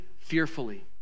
fearfully